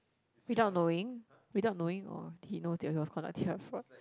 without knowing without knowing or he knows that he was conducting a fraud